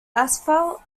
asphalt